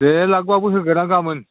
देर लाख बाबो होगोन आं गाबोन